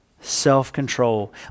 self-control